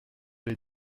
les